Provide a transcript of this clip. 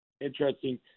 interesting